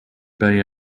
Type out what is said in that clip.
bay